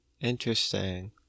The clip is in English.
Interesting